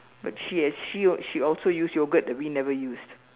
but she act~ she she also used yogurt that we never use